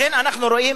לכן אנחנו רואים,